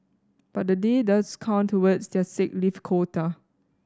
but the day does count towards their sick leave quota